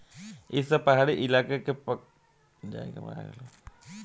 ई सब पहाड़ी इलाका के पहाड़ी भईस होली सन